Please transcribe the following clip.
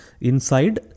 inside